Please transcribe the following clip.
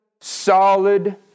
solid